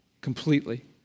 completely